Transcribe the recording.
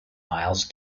miles